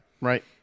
right